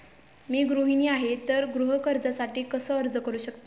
मी गृहिणी आहे तर गृह कर्जासाठी कसे अर्ज करू शकते?